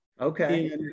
Okay